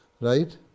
Right